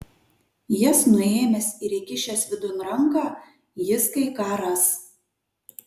jas nuėmęs ir įkišęs vidun ranką jis kai ką ras